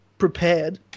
prepared